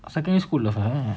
secondary school love ah